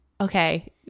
okay